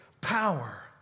power